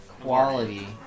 quality